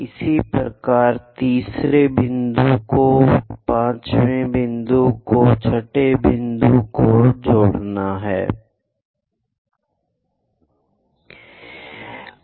इसी तरह 2nd point और 2nd पॉइंट उन्हें एक लाइन से जोड़ते हैं 3rd से 3rd पॉइंट इसी तरह 6th पॉइंट से 6 वें तक हम इसे जोड़े करते हैं